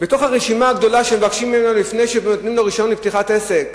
בתוך הרשימה הגדולה שמבקשים ממנו לפני שנותנים לו רשיון לפתיחת עסק,